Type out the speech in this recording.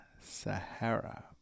Sahara